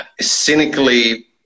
cynically